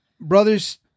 brothers